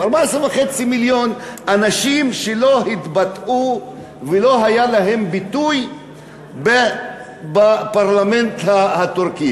14.5 מיליון אנשים שלא התבטאו ולא היה להם ביטוי בפרלמנט הטורקי.